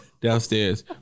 downstairs